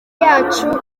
yacu